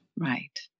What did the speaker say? Right